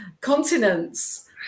continents